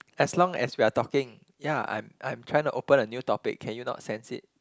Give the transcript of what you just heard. as long as we are talking yeah I'm I'm trying to open a new topic can you not sense it